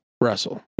Russell